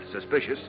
suspicious